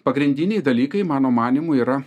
pagrindiniai dalykai mano manymu yra